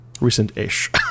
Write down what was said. Recent-ish